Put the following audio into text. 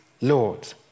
Lord